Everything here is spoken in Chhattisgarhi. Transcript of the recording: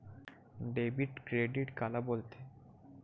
डेबिट क्रेडिट काला बोल थे?